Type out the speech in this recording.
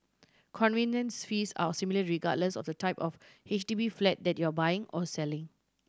conveyance fees are similar regardless of the type of H D B flat that you are buying or selling